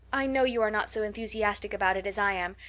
i know you are not so enthusiastic about it as i am,